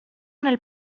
nel